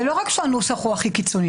זה לא רק שהנוסח הוא הכי קיצוני.